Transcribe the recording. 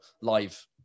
live